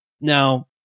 Now